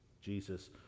Jesus